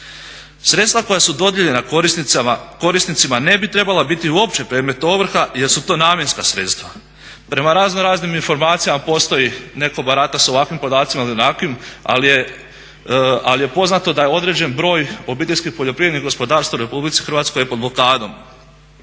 Sredstva koja su dodijeljena korisnicima ne bi trebala biti uopće predmet ovrha jer su to namjenska sredstva. Prema raznoraznim informacijama postoji, netko barata s ovakvim podacima ili onakvim, ali je poznato da je određen broj OPG-a u Republici Hrvatskoj pod blokadom